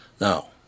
Now